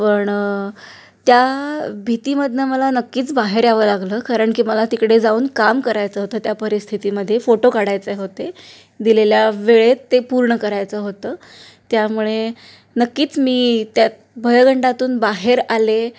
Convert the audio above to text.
पण त्या भीतीमधून मला नक्कीच बाहेर यावं लागलं कारण की मला तिकडे जाऊन काम करायचं होतं त्या परिस्थितीमध्ये फोटो काढायचे होते दिलेल्या वेळेत ते पूर्ण करायचं होतं त्यामुळे नक्कीच मी त्यात भयगंडातून बाहेर आले